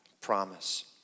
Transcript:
promise